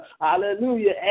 Hallelujah